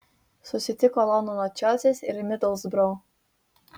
susitiko londono čelsis ir midlsbro